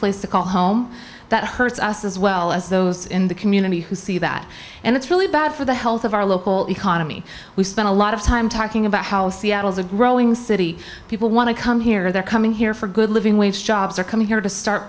place to call home that hurts us as well as those in the community who see that and it's really bad for the health of our local economy we spent a lot of time talking about how seattle's a growing city people want to come here they're coming here for good living wage jobs are coming here to start